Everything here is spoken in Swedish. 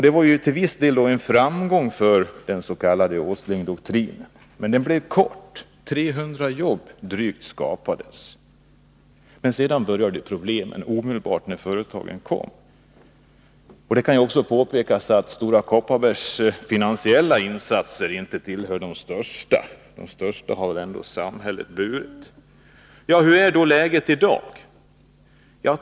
Det var till viss del en framgång för den s.k. Åslingdoktrinen, men den blev kortvarig. Drygt 300 jobb skapades, men sedan började problemen. Det kan även påpekas att Stora Kopparbergs finansiella insatser inte tillhör de största. Det är samhället som fått bära den största bördan. Hur är då läget i dag?